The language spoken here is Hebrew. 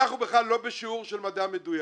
אנחנו בכלל לא בשיעור של מדע מדויק.